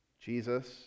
Jesus